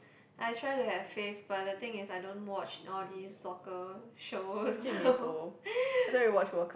I try to have faith but the thing is I don't watch all these soccer shows